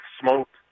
smoked